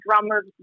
drummer